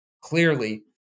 clearly